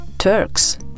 Turks